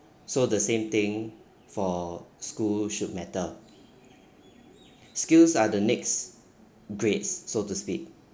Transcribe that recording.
so the same thing for schools should matter skills are the next grades so to speak